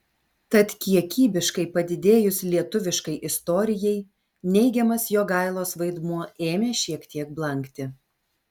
tad kiekybiškai padidėjus lietuviškai istorijai neigiamas jogailos vaidmuo ėmė šiek tiek blankti